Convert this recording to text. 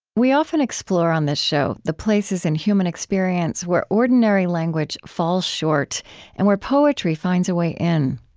we often explore on this show the places in human experience where ordinary language falls short and where poetry finds a way in.